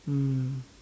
mm